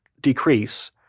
decrease